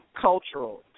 cultural